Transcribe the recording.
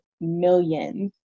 millions